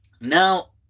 Now